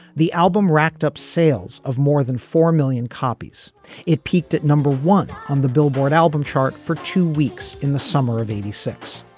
the album racked up sales of more than four million copies it peaked at number one on the billboard album chart for two weeks in the summer of eighty six.